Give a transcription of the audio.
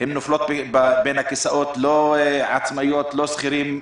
הן נופלות בין הכיסאות, לא עצמאיות, לא שכירות.